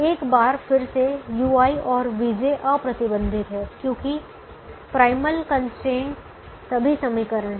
एक बार फिर से ui और vj अप्रतिबंधित हैं क्योंकि प्राइमल कंस्ट्रेंट सभी समीकरण हैं